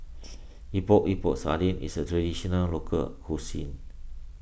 Epok Epok Sardin is a Traditional Local Cuisine